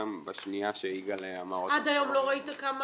כמוכם בשנייה שיגאל --- עד היום לא ראית כמה